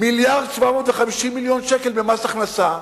מיליארד ו-750 מיליון שקל במס הכנסה.